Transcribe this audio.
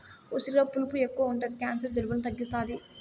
ఉసిరిలో పులుపు ఎక్కువ ఉంటది క్యాన్సర్, జలుబులను తగ్గుతాది